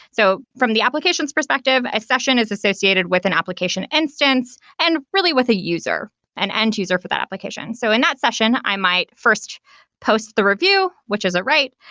so from the application's perspective, a session is associated with an application instance and really with a user and end user for that application. so in that session, i my first post the review, which is a write,